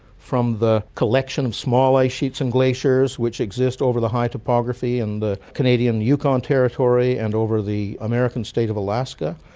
from the collection of small ice sheets and glaciers which exist over the high topography in the canadian yukon territory and over the american state of alaska,